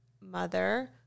mother